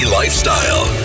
lifestyle